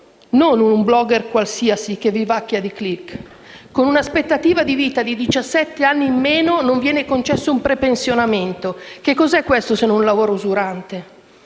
Non un *blogger* qualsiasi che vivacchia di *click*. Con un'aspettativa di vita di 17 anni di meno non viene concesso un prepensionamento. Che cosa è questo se non un lavoro usurante?